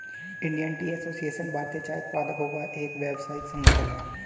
Indian Tea Association भारतीय चाय उत्पादकों का एक व्यावसायिक संगठन है